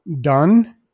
done